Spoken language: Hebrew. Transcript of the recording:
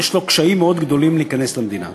יש לו קשיים מאוד גדולים להיכנס למדינה.